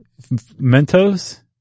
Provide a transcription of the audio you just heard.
Mentos